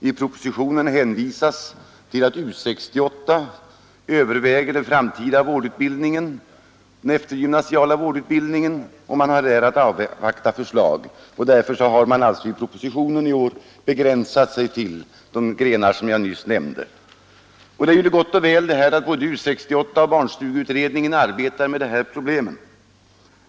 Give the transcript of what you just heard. I propositionen hänvisas till att U 68 överväger den eftergymnasiala vårdutbildningen och att man avvaktar förslag, varför man i propositionen begränsat sig till de grenar som jag nyss nämnde. Det är ju gott och väl att både U 68 och barnstugeutredningen arbetar med de här problemen.